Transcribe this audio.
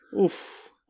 Oof